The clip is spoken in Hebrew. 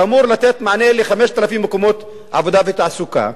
שאמור לתת מענה ב-5,000 מקומות עבודה ותעסוקה.